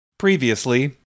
previously